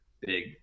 big